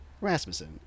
Rasmussen